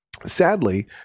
sadly